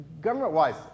Government-wise